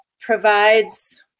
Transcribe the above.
provides